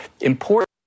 important